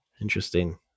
Interesting